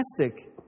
fantastic